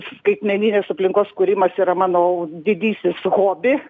skaitmeninės aplinkos kūrimas yra mano didysis hobi